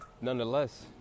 Nonetheless